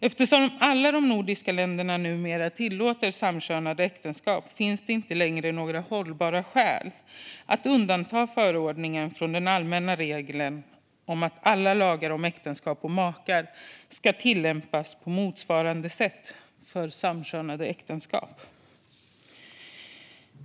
Eftersom alla de nordiska länderna numera tillåter samkönade äktenskap finns det inte längre några hållbara skäl att undanta förordningen från den allmänna regeln om att alla lagar om äktenskap och makar ska tillämpas på motsvarande sätt för samkönade äktenskap.